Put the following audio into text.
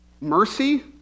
Mercy